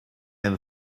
and